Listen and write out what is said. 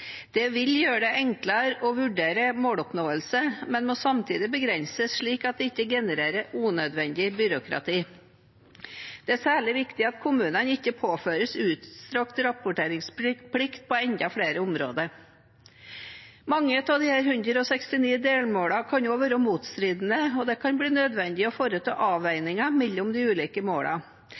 Det vil gjøre det enklere å vurdere måloppnåelse, men må samtidig begrenses slik at det ikke genererer unødvendig byråkrati. Det er særlig viktig at kommunene ikke påføres utstrakt rapporteringsplikt på enda flere områder. Mange av disse 169 delmålene kan også være motstridende, og det kan bli nødvendig å foreta avveininger mellom de ulike